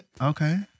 Okay